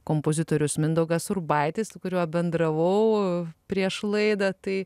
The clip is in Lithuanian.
kompozitorius mindaugas urbaitis su kuriuo bendravau prieš laidą tai